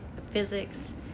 physics